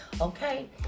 okay